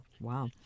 Wow